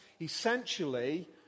Essentially